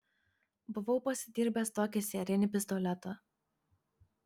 buvau pasidirbęs tokį sierinį pistoletą